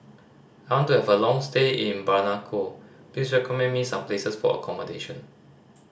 I want to have a long stay in Bamako please recommend me some places for accommodation